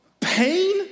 Pain